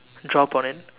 drop on it